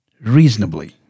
reasonably